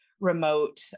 remote